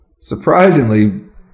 surprisingly